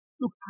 look